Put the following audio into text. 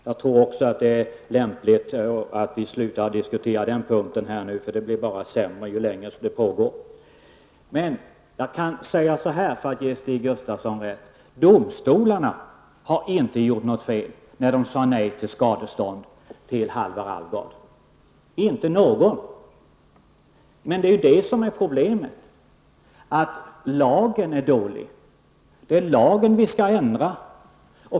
Jag tror att det är lämpligt att vi nu slutar att diskutera den punkten här. Det blir bara sämre ju längre det pågår. För att ge Stig Gustafsson rätt kan jag säga följande. Domstolarna har inte gjort fel när de sade nej till skadestånd till Halvar Alvgard. Men det är ju det som är problemet, att lagen är dålig. Det är lagen vi skall ändra.